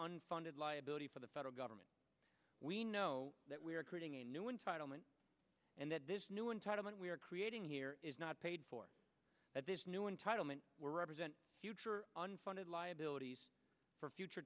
unfunded liability for the federal government we know that we are creating a new entitlement and that this new entitlement we're creating here is not paid for at this new entitlement we're represent future unfunded liabilities for future